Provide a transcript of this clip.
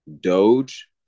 Doge